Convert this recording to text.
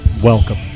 Welcome